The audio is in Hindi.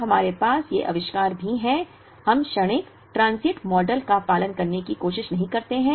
अब हमारे पास ये आविष्कार भी हैं हम क्षणिक ट्रांजियंट मॉडल का पालन करने की कोशिश नहीं करते हैं